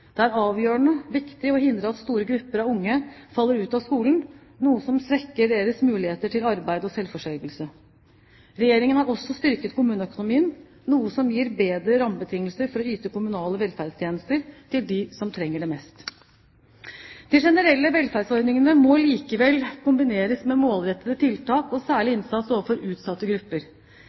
Det er avgjørende viktig å hindre at store grupper av unge faller ut av skolen, noe som svekker deres muligheter til arbeid og selvforsørgelse. Regjeringen har også styrket kommuneøkonomien, noe som gir bedre rammebetingelser for å yte kommunale velferdstjenester til dem som trenger det mest. De generelle velferdsordningene må likevel kombineres med målrettede tiltak og særlig innsats overfor utsatte grupper.